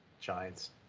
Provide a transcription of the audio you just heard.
Giants